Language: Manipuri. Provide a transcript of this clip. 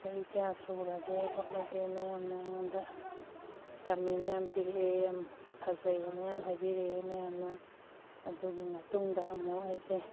ꯆꯍꯤ ꯀꯌꯥ ꯁꯨꯔꯒꯦ ꯈꯣꯠꯂꯒꯦꯅ ꯌꯥꯝꯅ ꯑꯩꯉꯣꯟꯗ ꯀꯃꯦꯟ ꯌꯥꯝ ꯄꯤꯔꯛꯑꯦ ꯌꯥꯝ ꯐꯖꯩꯑꯅ ꯌꯥꯝ ꯍꯥꯏꯕꯤꯔꯛꯑꯦ ꯃꯌꯥꯝꯅ ꯑꯗꯨꯒꯤ ꯃꯇꯨꯡꯗ ꯑꯃꯨꯛ ꯑꯩꯁꯦ